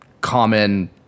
common